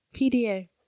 PDA